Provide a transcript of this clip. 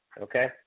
Okay